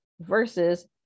versus